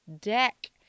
deck